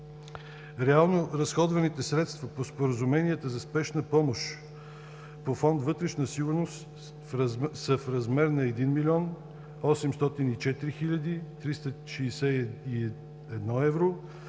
Реално разходваните средства по споразуменията за спешна помощ по фонд „Вътрешна сигурност“ са в размер на 1 млн. 804 хил. 361 евро,